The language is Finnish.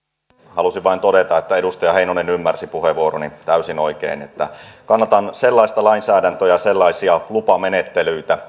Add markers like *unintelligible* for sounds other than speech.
halusin vain todeta että edustaja heinonen ymmärsi puheenvuoroni täysin oikein että kannatan sellaista lainsäädäntöä ja sellaisia lupamenettelyitä *unintelligible*